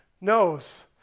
knows